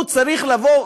הוא צריך לבוא,